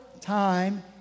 time